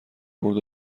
برد